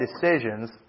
decisions